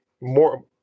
more